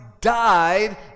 died